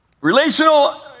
relational